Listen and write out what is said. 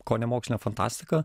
kone mokslinė fantastika